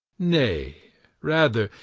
nay rather,